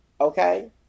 Okay